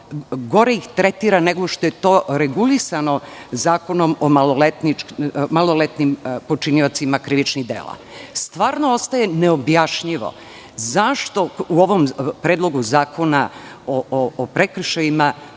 gore ih tretira nego što je to regulisano Zakonom o maloletnim počiniocima krivičnih dela. Zaista ostaje neobjašnjivo zašto u ovom predlogu zakona o prekršajima